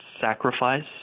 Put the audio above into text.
sacrifice